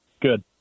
good